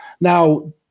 Now